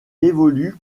évolue